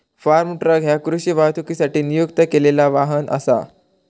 form truck ह्या कृषी वाहतुकीसाठी नियुक्त केलेला वाहन असा